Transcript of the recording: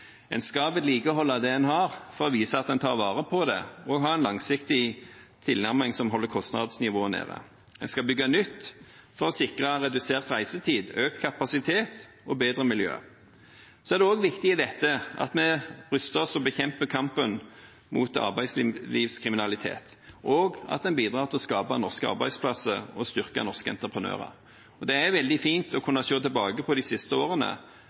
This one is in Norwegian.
En skal vedlikeholde det en har, for å vise at en tar vare på det og har en langsiktig tilnærming som holder kostnadsnivået nede. En skal bygge nytt for å sikre redusert reisetid, økt kapasitet og bedre miljø. Så er det også viktig i dette at vi ruster oss og kjemper kampen mot arbeidslivskriminalitet, og at en bidrar til å skape norske arbeidsplasser og styrker norske entreprenører. Det er veldig fint å kunne se tilbake på de siste årene,